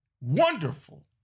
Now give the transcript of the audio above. wonderful